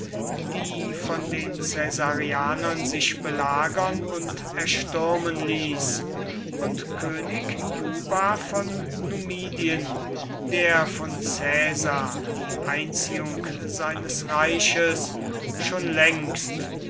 die von den caesarianern sich belagern und erstürmen ließ und könig juba von numidien der von caesar die einziehung seines reiches schon längst